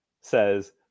says